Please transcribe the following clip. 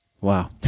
Wow